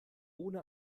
ohne